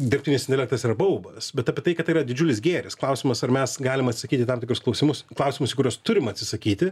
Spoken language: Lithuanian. dirbtinis intelektas yra baubas bet apie tai kad tai yra didžiulis gėris klausimas ar mes galim atsakyt į tam tikrus klausimus klausimus į kuriuos turim atsisakyti